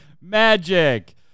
Magic